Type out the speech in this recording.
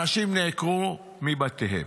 אנשים נעקרו מבתיהם.